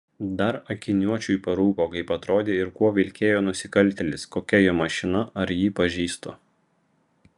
dar akiniuočiui parūpo kaip atrodė ir kuo vilkėjo nusikaltėlis kokia jo mašina ar jį pažįstu